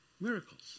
miracles